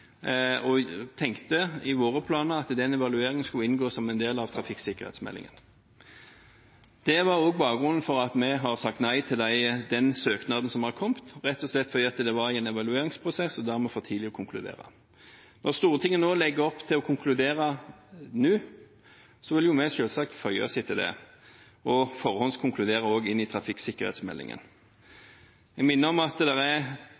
og tenkte i våre planer at den evalueringen skulle inngå som en del av trafikksikkerhetsmeldingen. Det er også bakgrunnen for at vi har sagt nei til den søknaden som har kommet – rett og slett fordi det var en evalueringsprosess og dermed for tidlig å konkludere. Når Stortinget legger opp til å konkludere nå, vil vi selvsagt føye oss etter det og forhåndskonkludere også inn i trafikksikkerhetsmeldingen. Jeg minner om at det er